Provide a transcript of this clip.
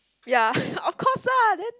ya of course lah then